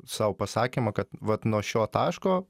sau pasakymą kad vat nuo šio taško